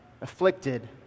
afflicted